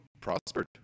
prospered